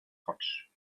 potch